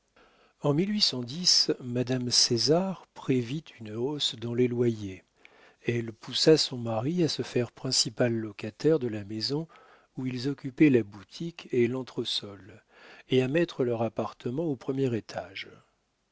en m césar prévit une hausse dans les loyers elle poussa son mari à se faire principal locataire de la maison où ils occupaient la boutique et l'entresol et à mettre leur appartement au premier étage